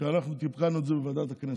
כשאנחנו תיקנו את זה בוועדת הכנסת.